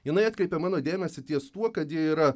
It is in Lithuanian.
jinai atkreipė mano dėmesį ties tuo kad ji yra